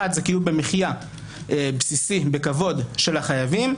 אחת היא קיום בסיסי במחיה בכבוד של החייבים,